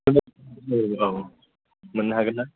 औ मोननो हागोन ना